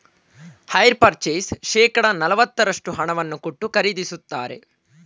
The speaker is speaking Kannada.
ಹೈರ್ ಪರ್ಚೇಸ್ ಶೇಕಡ ನಲವತ್ತರಷ್ಟು ಹಣವನ್ನು ಕೊಟ್ಟು ಖರೀದಿಸುತ್ತಾರೆ